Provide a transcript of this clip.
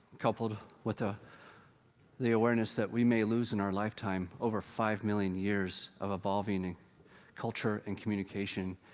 coupled with ah the awareness that we may lose, in our lifetime, over five million years of evolving, in culture and communication,